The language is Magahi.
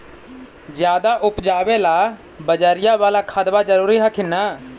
ज्यादा उपजाबे ला बजरिया बाला खदबा जरूरी हखिन न?